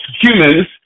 humans